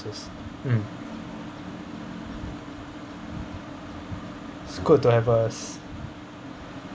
expenses mm it's good to have a